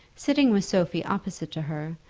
sitting with sophie opposite to her,